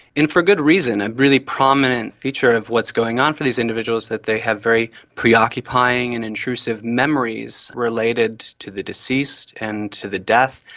and for good reason. a really prominent feature of what's going on for these individuals, that they have very preoccupying and intrusive memories related to the deceased and to the death,